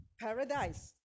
paradise